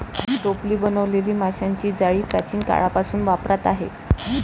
टोपली बनवलेली माशांची जाळी प्राचीन काळापासून वापरात आहे